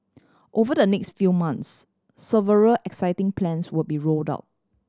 over the next few months several exciting plans will be rolled out